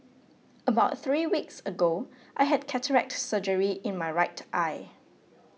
about three weeks ago I had cataract surgery in my right eye